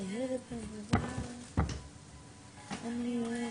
בן 65 שיש לו מערכת חיסון יותר מוחלשת אבל הוא פחות או יותר בריא.